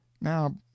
now